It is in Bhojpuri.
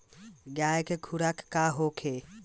गाय के खुराक का होखे?